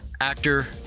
actor